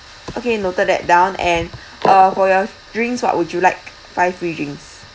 okay noted that down and uh for your drinks what would you like five free drinks